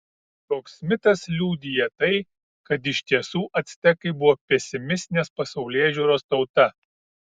toks mitas liudija tai kad iš tiesų actekai buvo pesimistinės pasaulėžiūros tauta